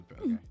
Okay